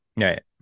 Right